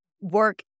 work